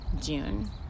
June